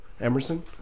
Emerson